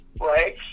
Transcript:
right